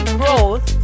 growth